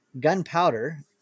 Gunpowder